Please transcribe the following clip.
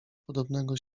podobnego